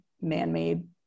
man-made